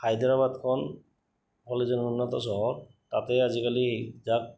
হায়দৰাবাদখন উন্নত চহৰ তাতেই আজিকালি যাক